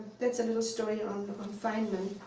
that's a little story on feynman.